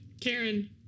Karen